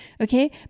okay